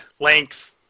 length